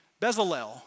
Bezalel